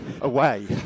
away